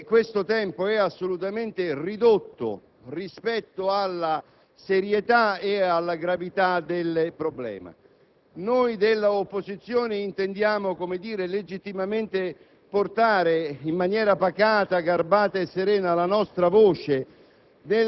che questo tempo è assolutamente ridotto rispetto alla serietà e alla gravità dei problemi. Noi dell'opposizione intendiamo legittimamente portare, in maniera pacata, garbata e serena la nostra voce,